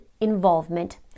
involvement